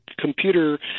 computer